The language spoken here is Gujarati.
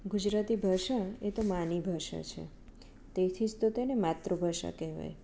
ગુજરાતી ભાષા એ તો માની ભાષા છે તેથી જ તો તેને માતૃભાષા કહેવાય